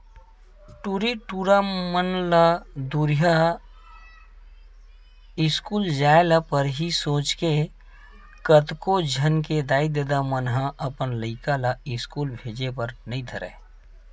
टूरी लइका मन ला दूरिहा इस्कूल जाय ल पड़ही सोच के कतको झन के दाई ददा मन ह अपन लइका ला इस्कूल भेजे बर नइ धरय